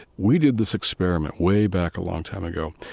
we did this experiment way back a long time ago,